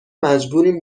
مجبوریم